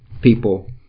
people